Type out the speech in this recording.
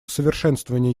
совершенствование